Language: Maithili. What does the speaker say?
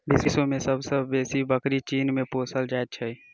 विश्व मे सब सॅ बेसी बकरी चीन मे पोसल जाइत छै